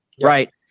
right